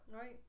Right